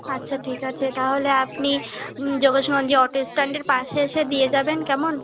আচ্ছা ঠিক আছে তাহলে আপনি যোগেশগঞ্জে অটো স্ট্যান্ডের পাশে এসে দিয়ে যাবেন কেমন